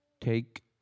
take